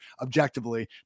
objectively